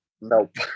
Nope